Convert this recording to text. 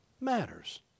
matters